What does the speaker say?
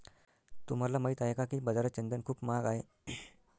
तुम्हाला माहित आहे का की बाजारात चंदन खूप महाग आहे?